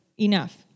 enough